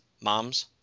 Moms